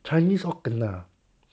chinese all kena